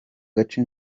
gace